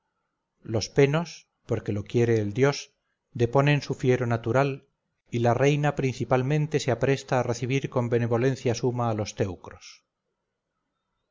los penos porque lo quiere el dios deponen su fiero natural y la reina principalmente se apresta a recibir con benevolencia suma a los teucros